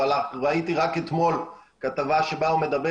אבל ראיתי רק אתמול כתבה שבה הוא מדבר